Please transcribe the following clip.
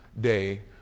day